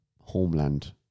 Homeland